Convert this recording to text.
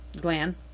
gland